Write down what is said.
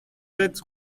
sept